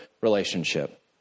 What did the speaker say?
relationship